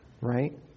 right